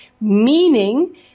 meaning